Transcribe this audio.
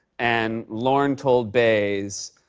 and lorne told baze,